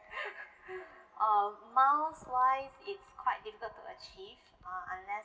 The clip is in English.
uh miles wise it's quite difficult to achieve uh unless